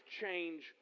change